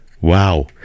Wow